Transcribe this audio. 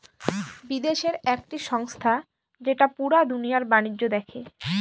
বিদেশের একটি সংস্থা যেটা পুরা দুনিয়ার বাণিজ্য দেখে